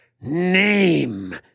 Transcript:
Name